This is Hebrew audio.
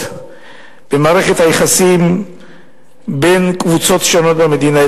במערכת היחסים בין קבוצות שונות במדינה,